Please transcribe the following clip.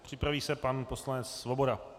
Připraví se pan poslanec Svoboda.